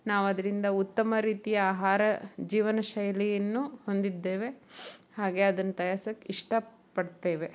ನಾವು ಅದರಿಂದ ಉತ್ತಮ ರೀತಿಯ ಆಹಾರ ಜೀವನಶೈಲಿಯನ್ನು ಹೊಂದಿದ್ದೇವೆ ಹಾಗೆ ಅದನ್ನು ತಯಾರ್ಸಕ್ಕೆ ಇಷ್ಟಪಡ್ತೇವೆ